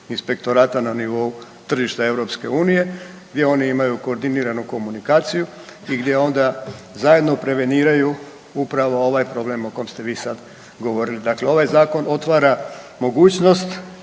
inspektorata na nivou tržišta EU gdje oni imaju koordiniranu komunikaciju i gdje onda zajedno preveniraju upravo ovaj problem o kom ste vi sada govorili. Dakle, ovaj zakon otvara mogućnost